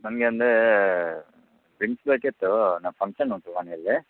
ನನಗೆ ಅಂದರೆ ಡ್ರಿಂಕ್ಸ್ ಬೇಕಿತ್ತೂ ನಮ್ಮ ಫಂಕ್ಷನ್ ಉಂಟು ಮನೆಯಲ್ಲಿ